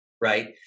right